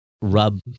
rub